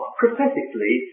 prophetically